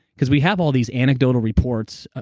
because we have all these anecdotal reports, ah